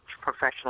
professional